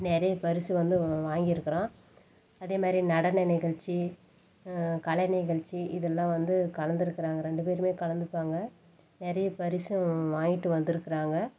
நிறைய பரிசு வந்து வாங்கிருக்கிறான் அதே மாதிரி நடன நிகழ்ச்சி கலை நிகழ்ச்சி இதல்லாம் வந்து கலந்துருக்கிறாங்க ரெண்டு பேருமே கலந்துப்பாங்க நிறைய பரிசும் வாங்கிட்டு வந்துருக்கிறாங்க